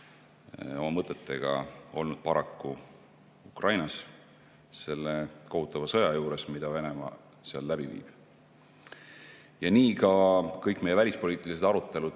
oma mõtetega olnud paraku Ukrainas selle kohutava sõja juures, mida Venemaa seal läbi viib. Ja nii ka kõik meie välispoliitilised arutelud